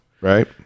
Right